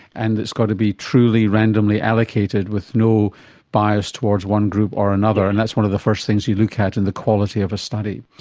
and it's got to be truly randomly allocated with no bias towards one group or another, and that's one of the first things you look at in the quality of a study.